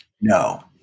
no